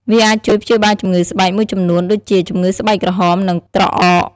វាអាចជួយព្យាបាលជំងឺស្បែកមួយចំនួនដូចជា ជំងឺស្បែកក្រហម និងត្រអក។